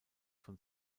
von